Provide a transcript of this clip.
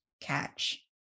catch